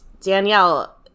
Danielle